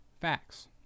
facts